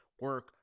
Work